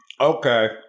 Okay